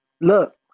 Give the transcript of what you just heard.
Look